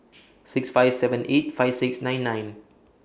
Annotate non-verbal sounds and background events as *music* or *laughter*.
*noise* six five seven eight five six nine nine